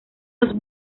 los